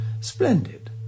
Splendid